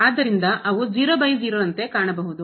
ಆದ್ದರಿಂದ ಅವು ಕಾಣಿಸಬಹುದು